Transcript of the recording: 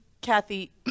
Kathy